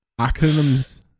acronyms